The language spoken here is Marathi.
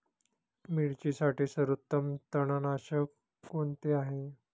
मिरचीसाठी सर्वोत्तम तणनाशक कोणते आहे?